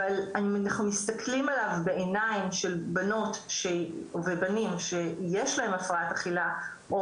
אבל אם אנחנו מסתכלים עליו בעיניים של בנות ובנים שיש להם הפרעת אכילה,